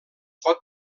pot